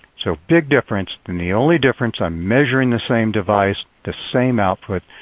so, big difference and the only difference, i'm measuring the same device, the same output.